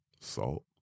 Salt